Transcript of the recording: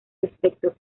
respecto